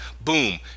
boom